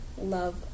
love